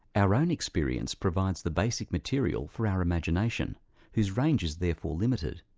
our own experience provides the basic material for our imagination whose range is therefore limited.